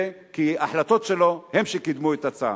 כי ההחלטות שלו הן שקידמו את ההצעה.